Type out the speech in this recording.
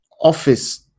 Office